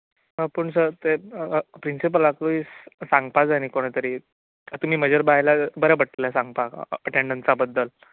हय पूण सर पूण ते प्रिन्सीपलाकूय सांगपाक जाय न्हय कोणें तरी तुमी म्हजे बराबर आयल्यार बऱ्याक पडटलें सांगपाक अटँडसा बद्दल